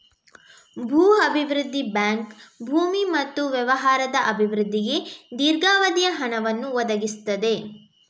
ಭೂ ಅಭಿವೃದ್ಧಿ ಬ್ಯಾಂಕ್ ಭೂಮಿ ಮತ್ತು ವ್ಯವಹಾರದ ಅಭಿವೃದ್ಧಿಗೆ ದೀರ್ಘಾವಧಿಯ ಹಣವನ್ನು ಒದಗಿಸುತ್ತದೆ